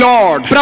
Lord